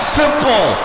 simple